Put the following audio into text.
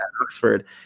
Oxford